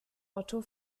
otto